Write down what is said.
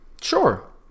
sure